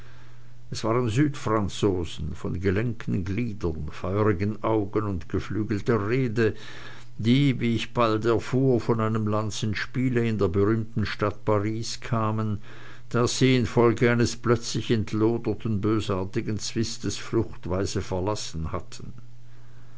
es waren südfranzosen von gelenken gliedern feurigen augen und geflügelter rede die wie ich bald erfuhr von einem lanzenspiele in der berühmten stadt paris kamen das sie infolge eines plötzlich entleerten bösartigen zwistes fluchtweise verlassen hatten